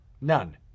None